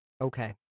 Okay